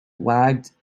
wagged